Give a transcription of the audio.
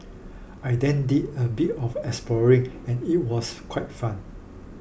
I then did a bit of exploring and it was quite fun